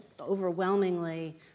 overwhelmingly